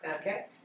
Okay